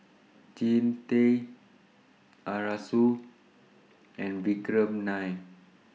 Jean Tay Arasu and Vikram Nair